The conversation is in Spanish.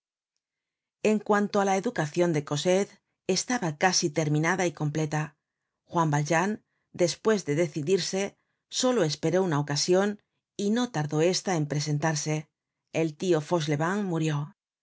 en cuanto á la educacion de cosette estaba casi terminada y completa juan valjean despues de decidirse solo esperó una ocasion y no tardó esta en presentarse el tio fauchelevent murió